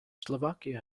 slovakia